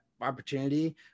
opportunity